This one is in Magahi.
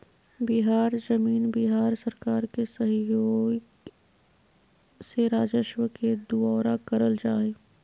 बिहार जमीन बिहार सरकार के सहइोग से राजस्व के दुऔरा करल जा हइ